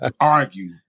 argue